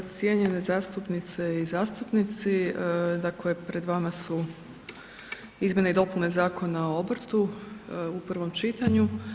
Cijenjene zastupnice i zastupnici dakle pred vama su izmjene i dopune Zakona o obrtu u prvom čitanju.